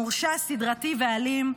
מורשע סדרתי ואלים,